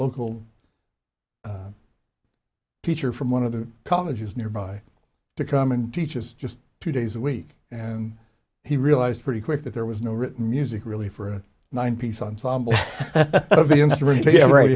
local teacher from one of the colleges nearby to come and teach is just two days a week and he realized pretty quick that there was no written music really for a nine piece ensemble